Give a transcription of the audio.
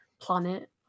planet